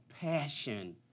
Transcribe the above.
passion